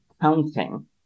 counting